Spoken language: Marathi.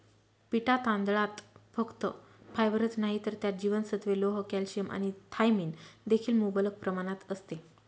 पिटा तांदळात फक्त फायबरच नाही तर त्यात जीवनसत्त्वे, लोह, कॅल्शियम आणि थायमिन देखील मुबलक प्रमाणात असते